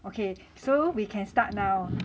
okay so we can start now